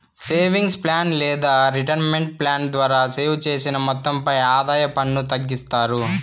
savings plan లేదా retirement plan ద్వారా save చేసిన మొత్తంపై ఆదాయ పన్ను తగ్గిస్తారు